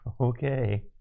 Okay